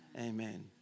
Amen